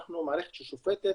אנחנו מערכת ששופטת